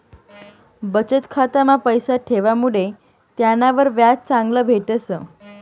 बचत खाता मा पैसा ठेवामुडे त्यानावर व्याज चांगलं भेटस